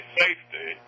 safety